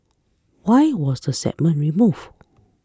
why was the segment remove